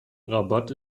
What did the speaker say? rabat